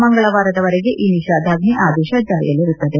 ಮಂಗಳವಾರದವರೆಗೆ ಈ ನಿಷೇದಾಜ್ಞೆ ಆದೇಶ ಜಾರಿಯಲ್ಲಿರುತ್ತದೆ